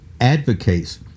advocates